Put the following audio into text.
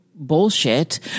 bullshit